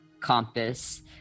compass